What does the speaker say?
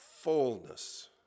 fullness